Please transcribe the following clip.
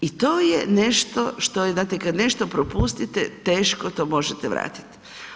I to je nešto što je, znate kada nešto propustite teško to možete vratiti.